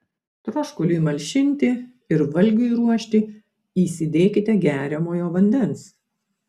troškuliui malšinti ir valgiui ruošti įsidėkite geriamojo vandens